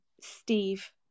Steve